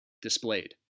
displayed